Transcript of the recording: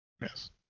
Yes